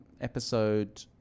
episode